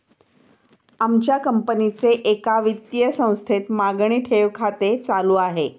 आमच्या कंपनीचे एका वित्तीय संस्थेत मागणी ठेव खाते चालू आहे